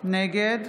נגד